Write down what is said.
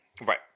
Right